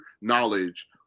knowledge